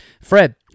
Fred